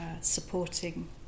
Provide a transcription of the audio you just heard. supporting